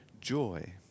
joy